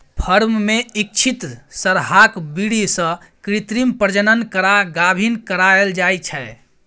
firm मे इच्छित सरहाक बीर्य सँ कृत्रिम प्रजनन करा गाभिन कराएल जाइ छै